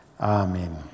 Amen